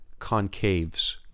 concaves